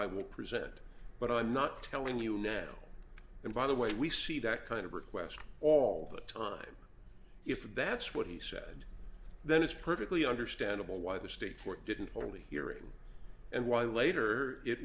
i would present but i'm not telling you no and by the way we see that kind of request all the time if that's what he said then it's perfectly understandable why the state court didn't overly hearing and why later it